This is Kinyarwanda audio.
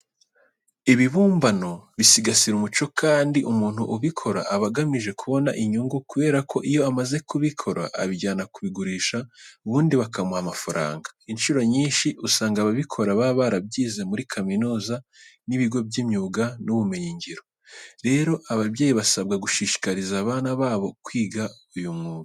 Ibibumbano bisigasira umuco, kandi umuntu ubikora aba agamije kubona inyungu kubera ko iyo amaze kubikora abijyana kubigurisha ubundi bakamuha amafaranga. Incuro nyinshi usanga ababikora baba barabyize muri kaminuza n'ibigo by'imyuga n'ubumenyingiro. Rero ababyeyi basabwa gushishikariza abana babo kwiga uyu mwuga.